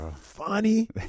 funny